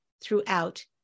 throughout